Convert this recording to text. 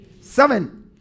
Seven